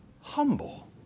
humble